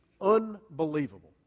Unbelievable